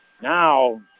now